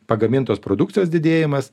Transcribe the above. pagamintos produkcijos didėjimas